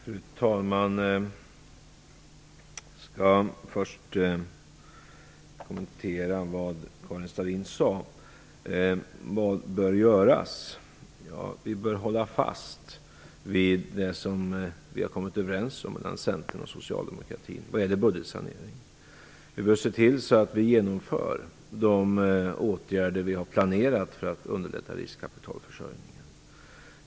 Fru talman! Jag skall först kommentera vad Karin Vad bör göras? Vi bör hålla fast vid det som Centerpartiet och Socialdemokraterna har kommit överens om vad gäller budgetsanering. Vi behöver se till att vi genomför de åtgärder vi har planerat för att underlätta riskkapitalförsörjningen.